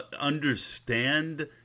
understand